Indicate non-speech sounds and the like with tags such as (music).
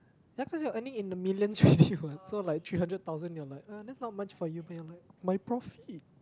that's cause you're earning in the millions (breath) already what so like three hundred thousand you're like uh that's not much for you man my profit